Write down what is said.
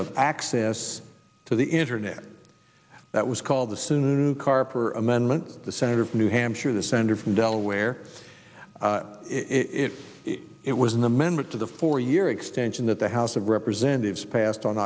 of access to the internet that was called the soon carper amendment the senator from new hampshire the senator from delaware it it was an amendment to the four year extension that the house of representatives passed on